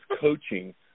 coaching